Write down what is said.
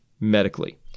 medically